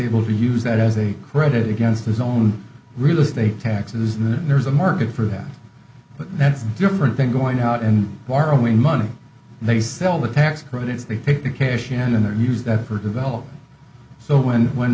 able to use that as a credit against his own real estate taxes and then there's a market for that but that's different than going out and borrowing money and they sell the tax credits they take the cash in their use that for development so when